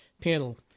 panel